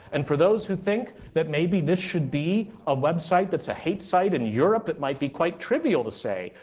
and for those who think that maybe this should be a website that's a hate site, in europe it might be quite trivial to say,